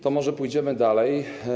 To może pójdziemy dalej.